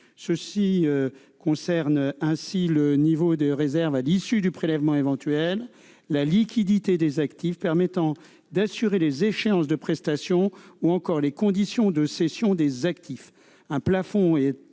Ceux-ci concernent ainsi le niveau des réserves à l'issue du prélèvement éventuel, la liquidité des actifs permettant d'assurer les échéances de prestations ou encore les conditions de cession des actifs.